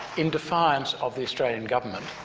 in defiance of the australian government.